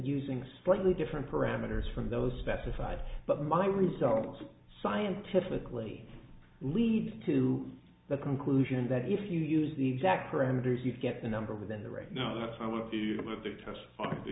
using slightly different parameters from those specified but my results scientifically lead to the conclusion that if you use the exact parameters you get the number within the range no that's i want to put the test